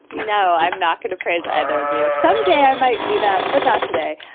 no, i'm not going to praise either of you. someday i might do that, but not today.